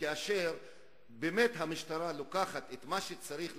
כאשר המשטרה באמת לוקחת את מה שצריך לעשות,